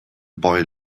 boy